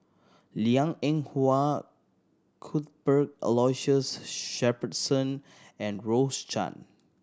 Liang Eng Hwa Cuthbert Aloysius Shepherdson and Rose Chan